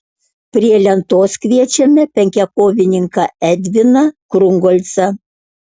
prie lentos kviečiame penkiakovininką edviną krungolcą